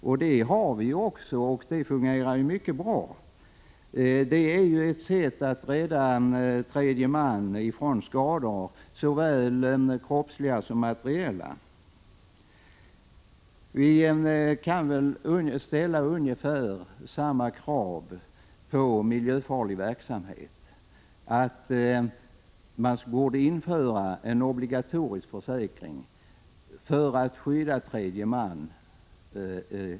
Det systemet har vi ju nu också, och det fungerar mycket bra. Det är ett sätt att skydda tredje man från skador, såväl kroppsliga som materiella. Vi kan väl ställa ungefär samma krav på miljöfarlig verksamhet, dvs. att man borde införa en obligatorisk försäkring för att ekonomiskt skydda tredje man.